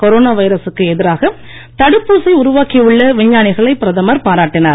corona வைரசுக்கு எதிராக தடுப்பூசி உருவாக்கி உள்ள விஞ்ஞானிகளைப் பிரதமர் பாராட்டினார்